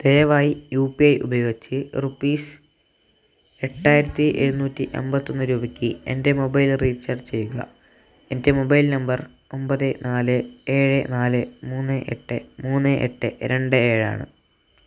ദയവായി U P I ഉപയോഗിച്ച് rupees എട്ടായിരത്തി എഴുന്നൂറ്റി അമ്പത്തൊന്ന് രൂപയ്ക്ക് എൻ്റെ മൊബൈൽ റീചാർജ് ചെയ്യുക എൻ്റെ മൊബൈൽ നമ്പർ ഒമ്പത് നാല് ഏഴ് നാല് മൂന്ന് എട്ട് മൂന്ന് എട്ട് രണ്ട് ഏഴാണ്